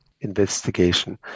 investigation